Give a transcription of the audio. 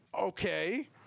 Okay